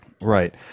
right